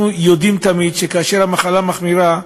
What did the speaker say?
אנחנו יודעים שתמיד כאשר המחלה מחמירה,